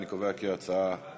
אני קובע כי ההצעה תעבור